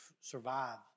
survive